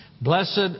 Blessed